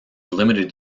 limited